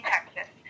Texas